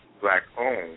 black-owned